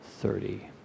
thirty